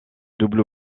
double